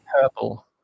purple